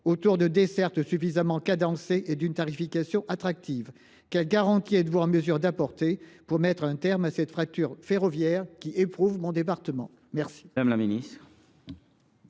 autour de dessertes suffisamment cadencées et d’une tarification attractive ? Quelle garantie êtes vous en mesure d’apporter pour mettre un terme à cette fracture ferroviaire qui éprouve ce département ? La